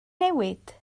newid